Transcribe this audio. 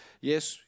yes